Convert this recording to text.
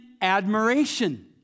admiration